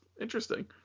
interesting